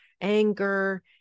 anger